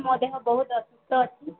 ମୋ ଦେହ ବହୁତ ଅସୁସ୍ଥ ଅଛି